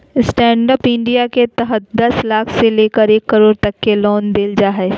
stand up India के तहत दस लाख से लेकर एक करोड़ तक के लोन देल जा हइ